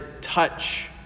touch